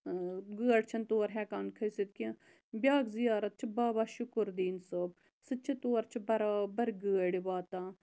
گٲڑۍ چھَنہٕ تور ہیٚکان کھٔسِتھ کینٛہہ بیاکھ زِیارَت چھِ بابا شُکُر دیٖن صٲب سُہ تہِ چھُ تور چھِ بَرابَر گٲڑۍ واتان